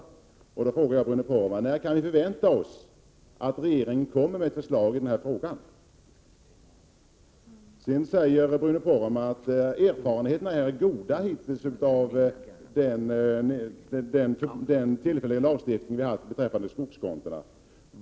Jag frågar då Bruno Poromaa: När kan vi vänta oss att regeringen kommer med ett förslag i den här frågan? Bruno Poromaa sade vidare att erfarenheterna hittills av den tillfälliga lagstiftningen beträffande skogskontona är goda.